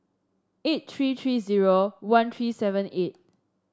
eight tree tree zero one tree seven eight